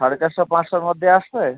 সাড়ে চারশো পাঁচশোর মধ্যেই আসবে